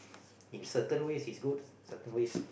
in certain ways is good certain ways